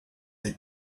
they